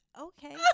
Okay